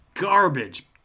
Garbage